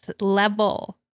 level